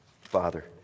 father